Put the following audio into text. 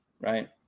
right